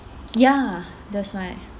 ya that's right